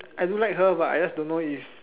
I do like her but I just don't know if